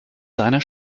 seiner